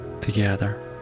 together